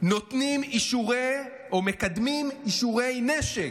נותנים או מקדמים אישורי נשק,